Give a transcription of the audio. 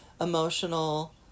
emotional